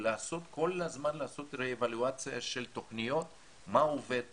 וכל הזמן לעשות רה-אבלואציה של תוכניות מה עובד פחות,